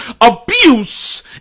abuse